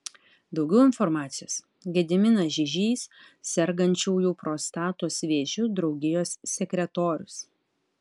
daugiau informacijos gediminas žižys sergančiųjų prostatos vėžiu draugijos sekretorius